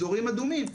אזורים אדומים,